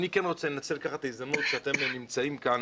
אני כן רוצה לנצל את ההזדמנות שאתם נמצאים כאן.